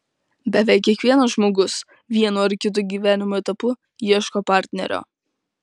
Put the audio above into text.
beveik kiekvienas žmogus vienu ar kitu gyvenimo etapu ieško partnerio